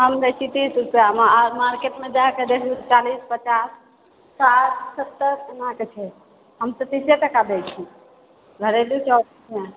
हम देय छी तीस रुपआ मऽ आओर मार्केटमे जाकर देखबै तऽ चालीस पचास साठि सत्तर एना कऽ छै हम तऽ तीसे टका दए छी घरेलू चाउर छी ने